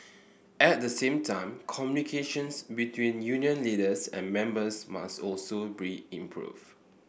at the same time communications between union leaders and members must also be improved